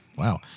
Wow